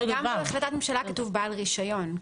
גם בהחלטת ממשלה כתוב בעל רישיון.